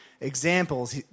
examples